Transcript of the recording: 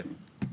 כן.